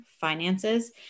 finances